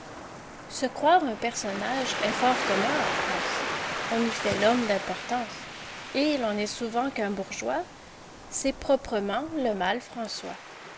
se croire un personnage est fort commun en france on y fait l'homme d'importance et l'on n'est souvent qu'un bourgeois c'est proprement le mal françois